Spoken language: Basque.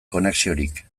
konexiorik